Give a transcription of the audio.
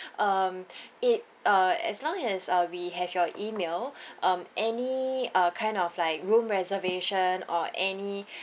um it uh as long as uh we have your email um any uh kind of like room reservation or any